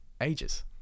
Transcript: ages